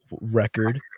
record